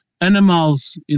Animals